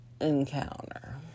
Encounter